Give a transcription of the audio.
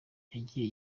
yagiye